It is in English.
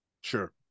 Sure